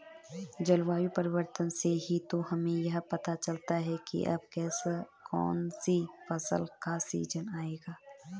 जलवायु परिवर्तन से ही तो हमें यह पता चलता है की अब कौन सी फसल का सीजन आयेगा